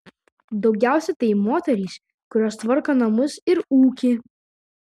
daugiausiai tai moterys kurios tvarko namus ir ūkį